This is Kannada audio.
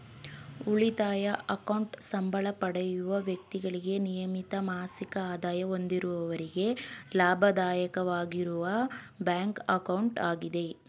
ಉಳಿತಾಯ ಅಕೌಂಟ್ ಸಂಬಳ ಪಡೆಯುವ ವ್ಯಕ್ತಿಗಳಿಗೆ ನಿಯಮಿತ ಮಾಸಿಕ ಆದಾಯ ಹೊಂದಿರುವವರಿಗೆ ಲಾಭದಾಯಕವಾಗಿರುವ ಬ್ಯಾಂಕ್ ಅಕೌಂಟ್ ಆಗಿದೆ